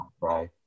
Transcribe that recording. right